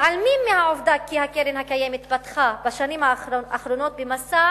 מתעלמים מהעובדה כי קרן-קיימת פתחה בשנים האחרונות במסע